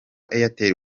airtel